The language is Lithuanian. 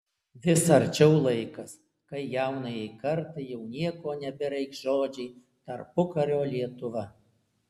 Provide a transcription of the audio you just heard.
vis arčiau laikas kai jaunajai kartai jau nieko nebereikš žodžiai tarpukario lietuva